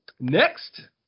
Next